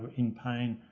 in pain.